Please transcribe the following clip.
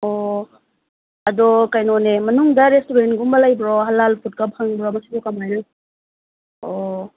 ꯑꯣ ꯑꯗꯣ ꯀꯩꯅꯣꯅꯦ ꯃꯅꯨꯡꯗ ꯔꯦꯁꯇꯨꯔꯦꯟꯒꯨꯝꯕ ꯂꯩꯕ꯭ꯔꯣ ꯍꯂꯥꯜ ꯐꯨꯠꯀ ꯐꯪꯕ꯭ꯔꯕꯁꯤꯕꯨ ꯀꯃꯥꯏꯅ ꯑꯣ